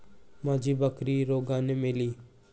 माझी बकरी रोगाने मेली